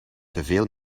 teveel